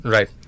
Right